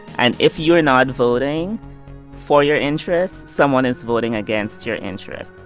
and if you're not voting for your interests, someone is voting against your interests